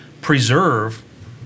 preserve